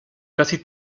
casi